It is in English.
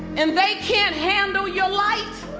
and they can't handle your light,